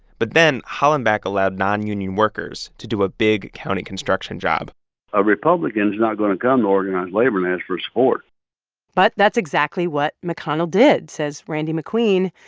but then hollenbach allowed non-union workers to do a big county construction job a republican's not going to come to organized labor and ask for support but that's exactly what mcconnell did, says randy mcqueen,